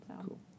Cool